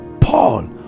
paul